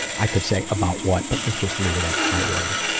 i could say about what, but let's just leave it at, i worry.